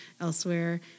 elsewhere